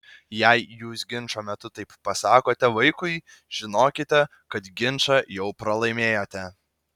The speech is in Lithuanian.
jei jūs ginčo metu taip pasakote vaikui žinokite kad ginčą jau pralaimėjote